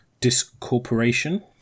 discorporation